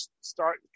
start